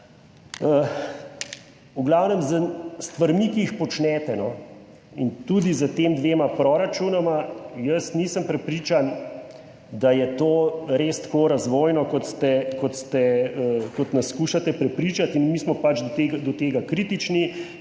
v glavnem o stvareh, ki jih počnete, in tudi o tema dvema proračunoma jaz nisem prepričan, da je to res tako razvojno, kot nas skušate prepričati. Mi smo pač do tega kritični